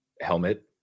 helmet